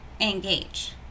engage